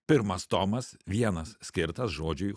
pirmas tomas vienas skirtas žodžiui